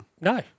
no